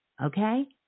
okay